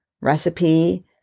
recipe